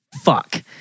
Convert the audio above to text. fuck